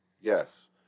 Yes